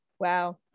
Wow